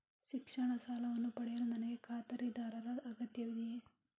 ಶಿಕ್ಷಣ ಸಾಲವನ್ನು ಪಡೆಯಲು ನನಗೆ ಖಾತರಿದಾರರ ಅಗತ್ಯವಿದೆಯೇ?